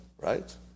right